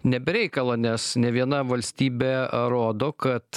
ne be reikalo nes nė viena valstybė rodo kad